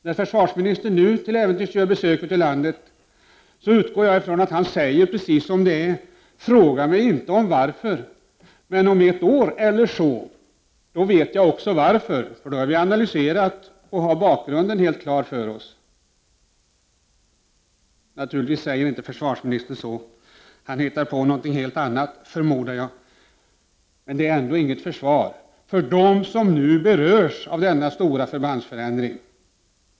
När försvarsministern till äventyrs gör besök ute i landet, utgår jag ifrån att han skall säga precis som det är: Fråga mig inte varför, men kom tillbaka om ett år för då har vi analyserat och har bakgrunden helt klar för oss. Naturligtvis säger inte försvarsministern så. Jag förmodar att han hittar på något helt annat. Det är ändå inget försvar inför dem som nu berörs av den stora förbandsförändringen.